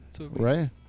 Right